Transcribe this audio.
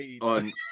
on